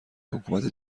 حکومت